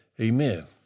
Amen